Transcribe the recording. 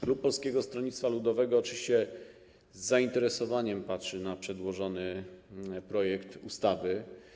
Klub Polskiego Stronnictwa Ludowego oczywiście z zainteresowaniem patrzy na przedłożony projekt ustawy.